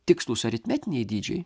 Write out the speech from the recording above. tikslūs aritmetiniai dydžiai